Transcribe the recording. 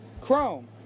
Chrome